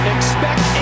Expect